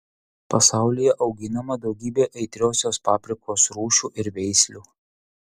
pasaulyje auginama daugybė aitriosios paprikos rūšių ir veislių